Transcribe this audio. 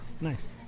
nice